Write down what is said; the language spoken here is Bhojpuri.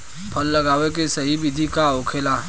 फल लगावे के सही विधि का होखेला?